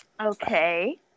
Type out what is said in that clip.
Okay